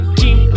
keep